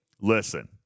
Listen